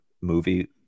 movie